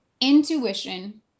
intuition